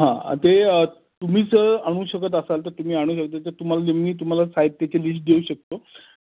हां ते तुम्हीच आणू शकत असाल तर तुम्ही आणू शकता तर तुम्हाला जे मी तुम्हाला साहित्याची लिश देऊ शकतो